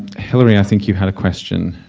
hillary, i think you had a question.